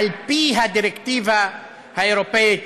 על פי הדירקטיבה האירופית,